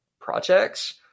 projects